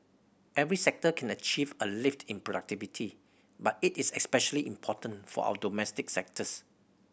every sector can achieve a lift in productivity but it is especially important for our domestic sectors